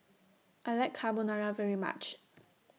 I like Carbonara very much